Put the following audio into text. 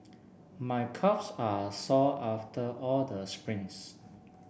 my calves are sore after all the sprints